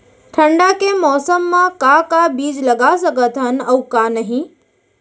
ठंडा के मौसम मा का का बीज लगा सकत हन अऊ का नही?